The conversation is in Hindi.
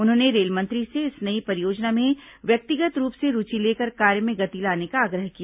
उन्होंने रेल मंत्री से इस नई परियोजना में व्यक्तिगत रूप से रूचि लेकर कार्य में गति लाने का आग्रह किया